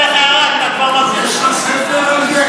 מישהו נותן הערה,